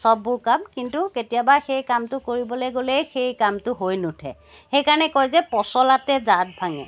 চববোৰ কাম কিন্তু কেতিয়াবা সেই কামটো কৰিবলৈ গ'লেই সেই কামটো হৈ নুঠে সেইকাৰণে কয় যে পচলাতে দাঁত ভাঙে